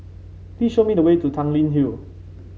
please show me the way to Tanglin Hill